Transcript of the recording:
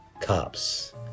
Cops